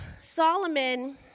Solomon